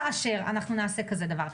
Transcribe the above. כאשר אנחנו נעשה כזה דבר.